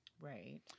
Right